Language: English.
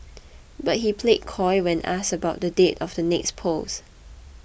but he played coy when asked about the date of the next polls